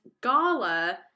gala